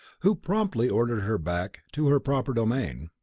who promptly ordered her back to her proper domain.